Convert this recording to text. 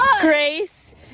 grace